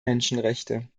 menschenrechte